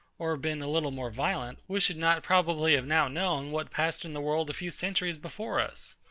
or been a little more violent, we should not probably have now known what passed in the world a few centuries before us.